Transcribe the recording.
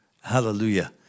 Hallelujah